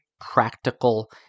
practical